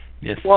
Yes